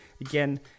again